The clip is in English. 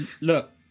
look